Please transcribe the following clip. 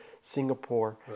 Singapore